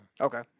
Okay